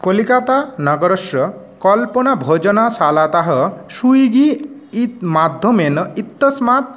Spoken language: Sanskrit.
कोलिकता नागरस्य कल्पना भोजनशालातः शुइगी इति माध्यमेन इत्यस्मात्